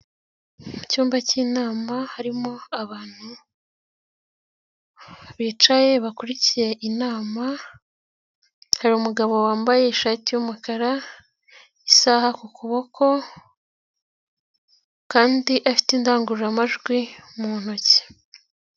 Mu cyumba cy'inama harimo abantu bicaye bakurikiye inama, hari umugabo wambaye ishati y'umukara, isaha ku kuboko kandi afite indangururamajwi mu ntoki.